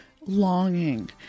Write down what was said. longing